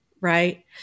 right